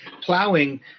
plowing